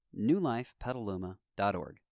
newlifepetaluma.org